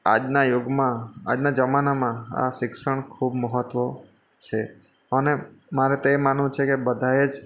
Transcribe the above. આજના યુગમાં આજના જમાનામાં આ શિક્ષણ ખૂબ મહત્વ છે અને મારે તે માનવું છે કે બધાંએ જ